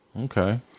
Okay